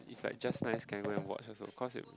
if like just nice can go and watch also cause it